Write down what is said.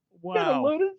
wow